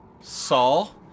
Saul